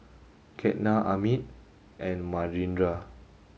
Ketna Amit and Manindra